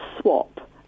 swap